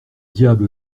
diable